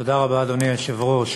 אדוני היושב-ראש,